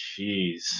Jeez